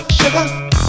sugar